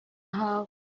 hau